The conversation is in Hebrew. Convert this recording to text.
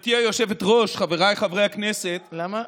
גברתי היושבת-ראש, חבריי חברי הכנסת, למה,